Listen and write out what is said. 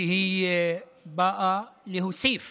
שבאה להוסיף